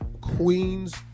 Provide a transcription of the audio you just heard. queen's